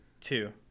Two